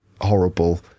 horrible